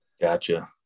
Gotcha